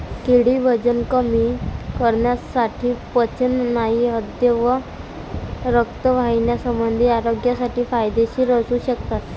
केळी वजन कमी करण्यासाठी, पचन आणि हृदय व रक्तवाहिन्यासंबंधी आरोग्यासाठी फायदेशीर असू शकतात